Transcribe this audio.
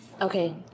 Okay